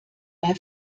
bei